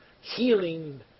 healing